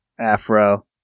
Afro